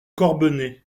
corbenay